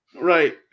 right